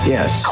Yes